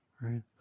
right